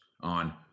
on